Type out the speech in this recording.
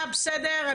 אתה בסדר,